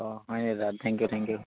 অঁ হয়নি দাদা থেংক ইউ থেংক ইউ